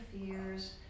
fears